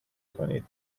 کنید